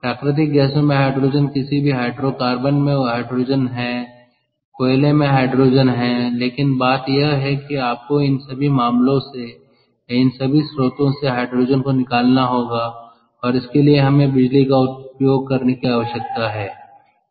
प्राकृतिक गैसों में हाइड्रोजन किसी भी हाइड्रोकार्बन में हाइड्रोजन है कोयले में हाइड्रोजन है लेकिन बात यह है कि आपको इन सभी मामलों से या इन सभी स्रोतों से हाइड्रोजन को निकालना होगा और इसके लिए हमें बिजली का उपयोग करने की आवश्यकता है